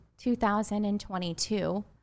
2022